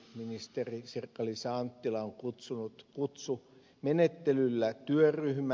ministeri sirkka liisa anttila on kutsunut kutsumenettelyllä työryhmän